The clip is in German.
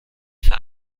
für